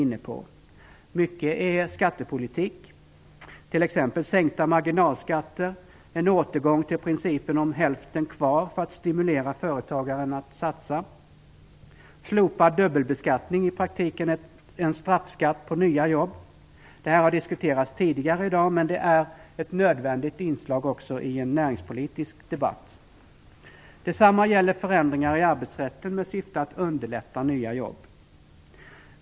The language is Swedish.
Många av våra förslag handlar om skattepolitik, t.ex. sänkta marginalskatter - en återgång till principen om hälften kvar för att stimulera företagaren att satsa. Vi anser att slopad dubbelbeskattning i praktiken är en straffskatt på nya jobb. Frågan har diskuterats tidigare i dag, men den är ett nödvändigt inslag också i en näringspolitisk debatt. Vidare föreslår vi förändringar i arbetsrätten i syfte att underlätta för nya jobb.